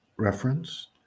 Reference